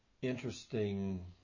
Interesting